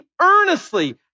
earnestly